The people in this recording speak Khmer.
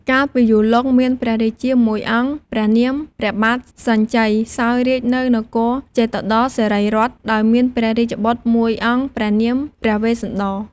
កាលពីយូរលង់ មានព្រះរាជាមួយអង្គព្រះនាម ព្រះបាទសញ្ជ័យ សោយរាជ្យនៅនគរជេតុត្តរសិរីរដ្ឋ ដោយមានព្រះរាជបុត្រមួយអង្គព្រះនាម ព្រះវេស្សន្តរ។